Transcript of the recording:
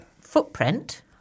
footprint